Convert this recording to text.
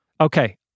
Okay